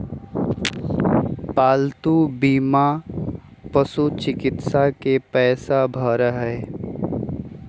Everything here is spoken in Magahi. पालतू बीमा पशुचिकित्सा के पैसा भरा हई